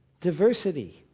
diversity